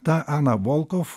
ta ana volkov